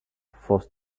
forced